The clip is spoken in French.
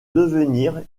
devenir